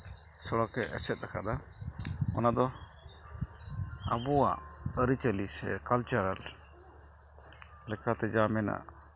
ᱥᱚᱲᱚᱠᱮ ᱮᱥᱮᱫ ᱠᱟᱫᱟ ᱚᱱᱟᱫᱚ ᱟᱵᱚᱣᱟᱜ ᱟᱹᱨᱤᱪᱟᱹᱞᱤ ᱥᱮ ᱠᱟᱞᱪᱟᱨ ᱞᱮᱠᱟᱛᱮ ᱡᱟ ᱢᱮᱱᱟᱜᱼᱟ